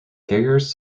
carriers